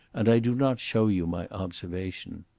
and i do not show you my observation.